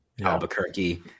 Albuquerque